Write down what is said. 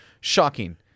shocking